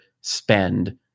spend